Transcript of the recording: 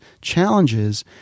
challenges